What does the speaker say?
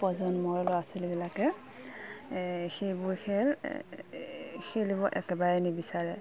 প্ৰজন্মৰ ল'ৰা ছোৱালীবিলাকে সেইবোৰ খেল খেলিব একেবাৰে নিবিচাৰে